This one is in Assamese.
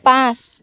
পাঁচ